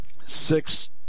six